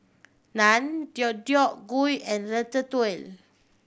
Naan Deodeok Gui and Ratatouille